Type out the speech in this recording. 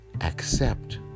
accept